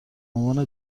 عنوان